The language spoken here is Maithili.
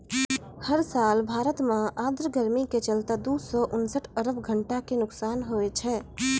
हर साल भारत मॅ आर्द्र गर्मी के चलतॅ दू सौ उनसठ अरब घंटा के नुकसान होय छै